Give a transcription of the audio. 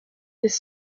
des